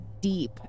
deep